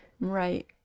right